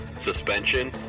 suspension